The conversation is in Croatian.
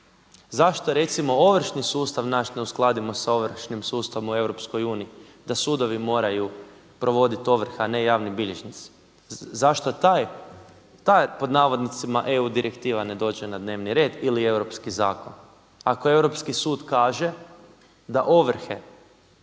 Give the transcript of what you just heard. Zašto recimo ovršni sustav nas ne uskladimo sa ovršnim sudstvom u EU da sudovi moraju provoditi ovrhe a ne javni bilježnici? Zašto ta pod navodnicima EU direktiva ne dođe na dnevni red ili europski zakon ako europski sud kaže da ovrhe